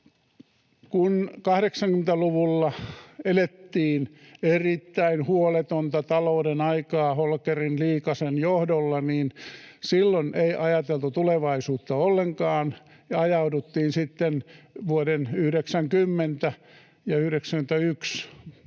Kun 80-luvulla elettiin erittäin huoletonta talouden aikaa Holkerin—Liikasen johdolla, niin silloin ei ajateltu tulevaisuutta ollenkaan ja ajauduttiin sitten vuosien 90 ja 91